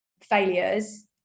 failures